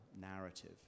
narrative